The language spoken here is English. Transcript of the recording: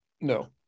No